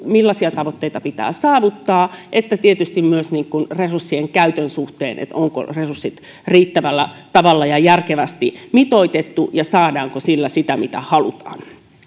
millaisia tavoitteita pitää saavuttaa ja tietysti myös resurssien käytön suhteen onko resurssit riittävällä tavalla ja järkevästi mitoitettu ja saadaanko niillä sitä mitä halutaan